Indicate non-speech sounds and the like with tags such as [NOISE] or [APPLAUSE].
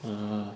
[NOISE]